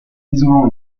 isolant